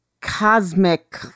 cosmic